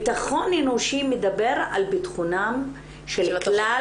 בטחון אנושי מדבר על בטחונם של כלל